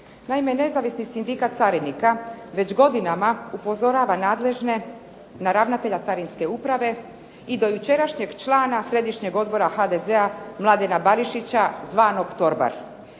Naime, Nezavisni sindikat carinika već godinama upozorava nadležne na ravnatelja Carinske uprave i dojučerašnjeg člana Središnjeg odbora HDZ-a Mladena Barišića zvanog "Torbar".